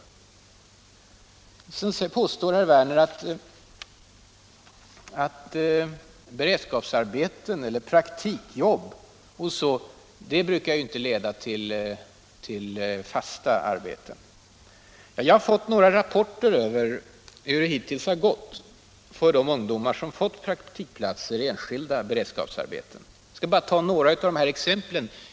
Vidare påstår herr Werner att beredskapsarbeten eller praktikjobb inte brukar leda till fasta arbeten. Jag har t.ex. fått några rapporter över hur det hittills har gått för de ungdomar som fått praktikplatser i enskilda beredskapsarbeten. Jag skall bara ta några exempel ur dem.